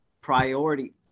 priority